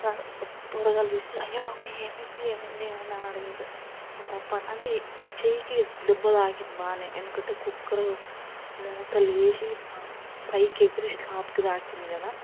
కానీ తర్వాత ఇక పోరగాళ్ళు చూసి అయ్యో మమ్మీ ఏమైంది ఏమైంది ఏమైంది అని అడిగిర్రు ఇక పప్పు అంటే చెయ్యికి దెబ్బ తాకింది బానే ఎందుకంటే కుక్కర్ మూత లేచి ఇట్ల పైకి ఎగిరేసి టాప్కి తాకింది కదా